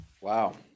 wow